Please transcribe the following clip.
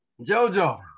Jojo